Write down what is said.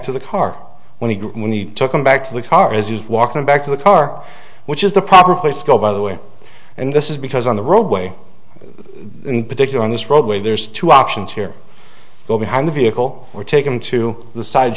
to the car when he when he took him back to the car as he's walking back to the car which is the proper place to go by the way and this is because on the roadway in particular on this roadway there's two options here go behind the vehicle or take them to the side